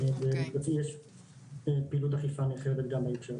ויש פעילות אכיפה נרחבת גם בהקשר הזה.